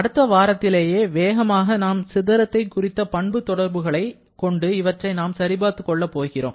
அடுத்த வாரத்திலேயே வேகமாக நாம் சிதறத்தை குறித்த பண்பு தொடர்புகளை கொண்டு இவற்றை நாம் சரிபார்த்துக் கொள்ள போகிறோம்